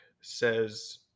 says